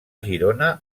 girona